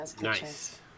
Nice